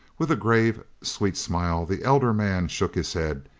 with a grave, sweet smile the elder man shook his head,